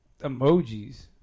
emojis